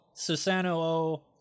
Susanoo